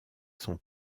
son